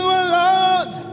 alone